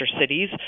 cities